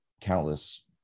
countless